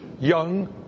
young